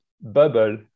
bubble